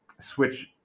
switch